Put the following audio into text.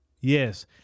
Yes